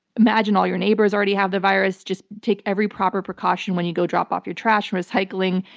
imagine all your neighbors already have the virus. just take every proper precaution when you go drop off your trash and recycling.